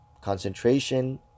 concentration